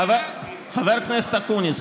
חבר הכנסת אקוניס,